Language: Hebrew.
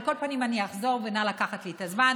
על כל פנים, אחזור, ונא לקחת לי את הזמן,